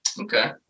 Okay